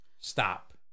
Stop